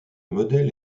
modèle